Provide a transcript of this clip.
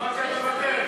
אמרת שאת מוותרת.